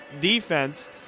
defense